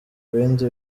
bindi